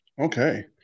Okay